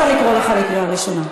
אני לא רוצה לקרוא אותך בקריאה ראשונה.